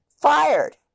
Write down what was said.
fired